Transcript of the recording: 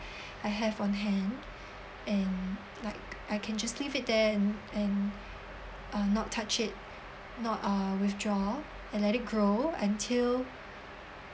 I have on hand and like I can just leave it there and uh not touch it not uh withdraw and let it grow until